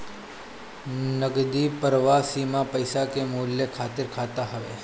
नगदी प्रवाह सीमा पईसा के मूल्य खातिर खाता हवे